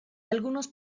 algunos